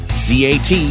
cat